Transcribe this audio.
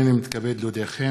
הנני מתכבד להודיעכם,